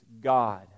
God